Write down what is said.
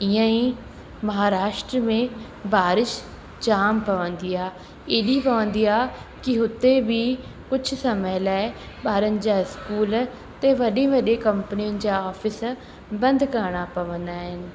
ईअं ई महाराष्ट्रा में बारिश जामु पवंदी आहे एॾी पवंदी आहे की हुते बि कुझु समय लाइ ॿारनि जा इस्कूल ते वॾे वॾे कंपनियुनि जा ऑफ़िस बंदि करिणा पवंदा आहिनि